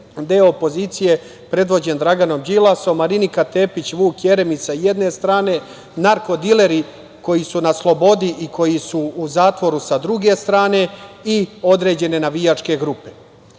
deo opozicije predvođen Draganom Đilasom, Marinika Tepić, Vuk Jeremić, sa jedne strane, narko-dileri koji su na slobodi i koji su u zatvoru sa druge strane, i određene navijačke grupe.U